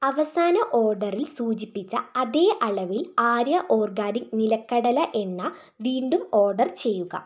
അവസാന ഓർഡറിൽ സൂചിപ്പിച്ച അതേ അളവിൽ ആര്യ ഓർഗാനിക് നിലക്കടല എണ്ണ വീണ്ടും ഓർഡർ ചെയ്യുക